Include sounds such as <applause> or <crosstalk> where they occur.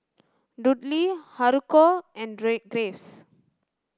Dudley Haruko and G <unintelligible>